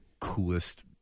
coolest